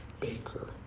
baker